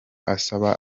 asaba